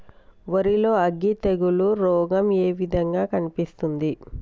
వరి లో అగ్గి తెగులు రోగం ఏ విధంగా కనిపిస్తుంది?